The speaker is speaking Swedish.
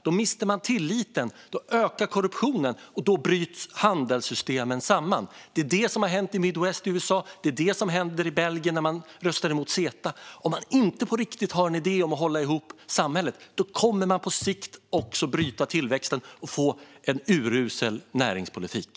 Då mister människor tilliten, då ökar korruptionen och då bryter handelssystemen samman. Det är det som har hänt i Midwest i USA, och det var det som hände i Belgien när man röstade mot Ceta. Om man inte på riktigt har en idé om att hålla ihop samhället kommer man på sikt också att bryta tillväxten och få en urusel näringspolitik.